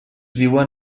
viuen